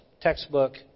Textbook